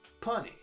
Punny